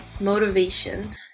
motivation